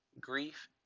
grief